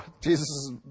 Jesus